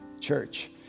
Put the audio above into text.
church